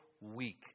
weak